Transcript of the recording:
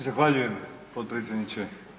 Zahvaljujem potpredsjedniče.